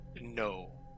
No